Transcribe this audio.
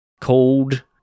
called